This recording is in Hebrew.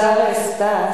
השר סטס,